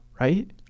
right